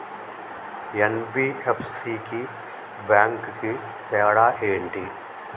NBFC కి bank కి తేడా ఏంటి?